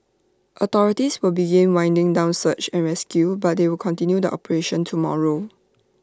authorities will begin winding down search and rescue but they will continue the operation tomorrow